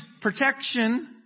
protection